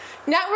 Network